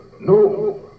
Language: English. No